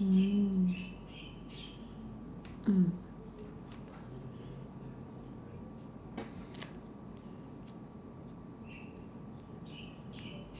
mm mm